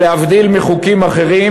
להבדיל מחוקים אחרים,